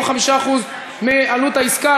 או 5% מעלות העסקה,